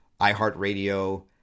iHeartRadio